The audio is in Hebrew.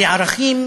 כי ערכים